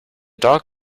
dog